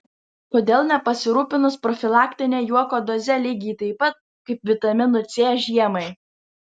kodėl nepasirūpinus profilaktine juoko doze lygiai taip pat kaip vitaminu c žiemai